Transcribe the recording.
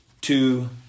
two